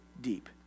deep